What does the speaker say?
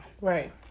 Right